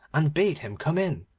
and bade him come in.